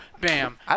Bam